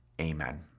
Amen